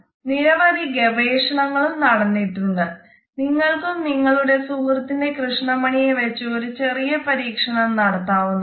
നിരവധി ഗവേഷണങ്ങളും നടന്നിട്ടുണ്ട് നിങ്ങൾക്കും നിങ്ങളുടെ സുഹൃത്തിന്റെ കൃഷ്ണമണിയെ വെച്ച് ഒരു ചെറിയ പരീക്ഷണം നടത്താവുന്നതാണ്